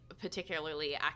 particularly